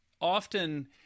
often